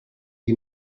you